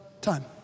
time